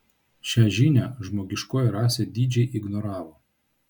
šią žinią žmogiškoji rasė didžiai ignoravo